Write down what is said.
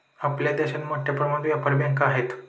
आपल्या देशात मोठ्या प्रमाणात व्यापारी बँका आहेत